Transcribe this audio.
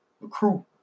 recruit